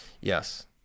Yes